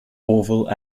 orville